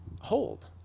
hold